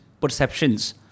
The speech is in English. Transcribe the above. perceptions